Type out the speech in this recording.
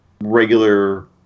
regular